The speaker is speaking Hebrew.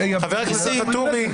חבר הכנסת ואטורי.